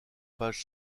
page